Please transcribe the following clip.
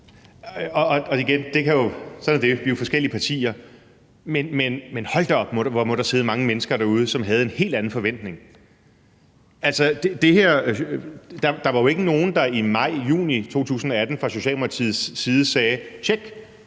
Igen, sådan er det, vi er jo forskellige partier, men hold da op, hvor må der sidde mange mennesker derude, som havde en helt anden forventning. Der var jo ikke nogen, der i maj og juni 2018 fra Socialdemokratiets side sagde: Tjek,